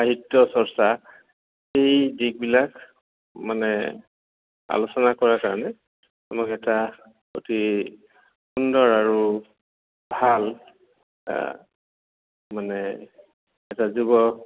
সাহিত্য চৰ্চা এই দিশবিলাক মানে আলোচনা কৰাৰ কাৰণে আমাক এটা অতি সুন্দৰ আৰু ভাল মানে এটা যুৱ